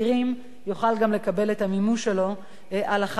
יוכל גם לקבל את המימוש שלו הלכה למעשה.